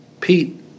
Pete